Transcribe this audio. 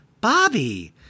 Bobby